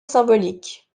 symbolique